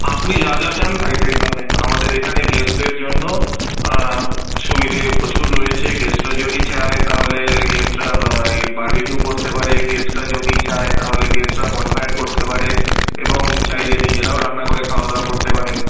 আপনি যা যা চান তাই তাই পাবেন আমাদের এখানে গেস্টদের জন্য সুবিধে প্রচুর রয়েছে গেস্টরা যদি চায় তাহলে গেস্টরা ইয়ে বারবিকিউ করতে পারে গেস্টরা যদি চায় তাহলে গেস্টরা বনফায়ার করতে পারে এবং চাইলে নিজেরাও রান্না করে খাওয়া দাওয়া করতে পারেন